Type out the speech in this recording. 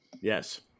Yes